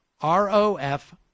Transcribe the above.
R-O-F